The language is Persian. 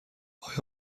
آیا